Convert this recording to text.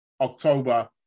October